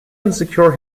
insecure